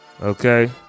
Okay